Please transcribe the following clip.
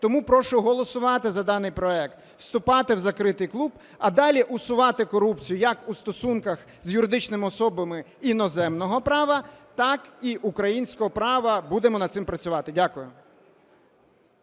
Тому прошу голосувати за даний проект, вступати в закритий клуб, а далі усувати корупцію як у стосунках з юридичними особами іноземного права, так і українського права, будемо над цим працювати. Дякую.